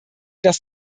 das